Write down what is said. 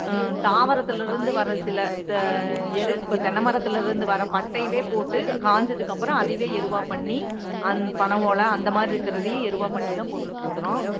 தாவரத்திலிருந்து வர சில த எரு இப்போ தென்னை மரத்துலேருந்து வர பட்டையைவே போட்டு காய்ஞ்சதுக்கப்புறம் அதைவே எருவாக பண்ணி அந் பனை ஓலை அந்த மாதிரி இருக்கிறதையும் எருவாக பண்ணி தான் போட்டுட்டிருக்கறோம்